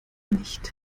nicht